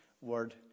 word